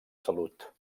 salut